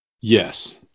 Yes